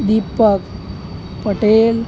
Deepak Patel